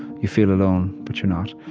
you feel alone, but you're not.